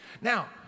Now